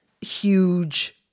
huge